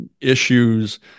issues